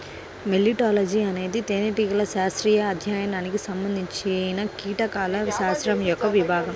మెలిటాలజీఅనేది తేనెటీగల శాస్త్రీయ అధ్యయనానికి సంబంధించినకీటకాల శాస్త్రం యొక్క విభాగం